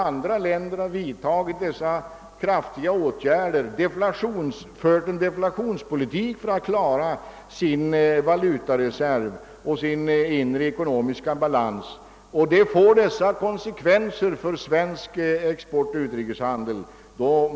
Andra länder har vidtagit kraftiga åtgärder såsom ett led i en deflationspolitik för att klara sin valutareserv och inre ekonomiska balans, och detta har medfört konsekvenser för svensk utrikeshandel.